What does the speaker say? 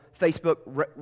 Facebook